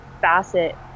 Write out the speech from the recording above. facet